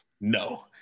no